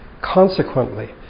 Consequently